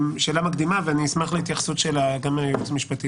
ואני אשמח להתייחסות גם של הייעוץ המשפטי